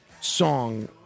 song